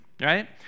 right